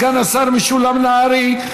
סגן השר משולם נהרי,